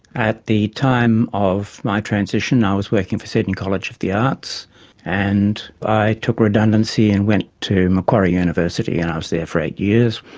at the time of my transition i was working for sydney college of the arts and i took a redundancy and went to macquarie university and i was there for eight years,